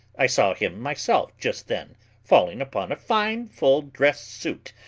i saw him myself just then falling upon a fine full-dress suit,